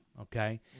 Okay